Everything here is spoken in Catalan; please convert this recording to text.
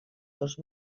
dos